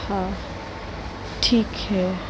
हाँ ठीक है